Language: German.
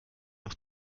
noch